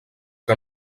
que